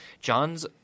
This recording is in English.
John's